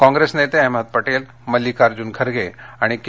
काँप्रेस नेते अहमद पटेल मल्लिकार्जून खरगे आणि के